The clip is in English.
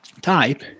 type